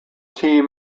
team